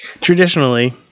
Traditionally